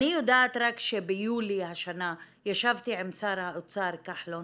אני רק יודעת שביולי השנה ישבתי עם שר האוצר כחלון